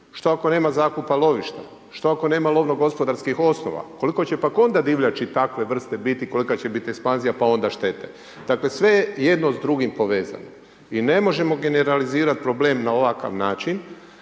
što ako nema zakupa lovišta? Što ako nema lovnogospodarskih osnova, koliko će pak onda divljači takve vrste biti, kolika će biti ekspanzija, pa onda šteta. Dakle, sve je jedno s drugim povezano. I ne možemo generalizirati problem na ovakav način,